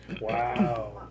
Wow